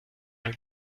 ein